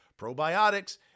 probiotics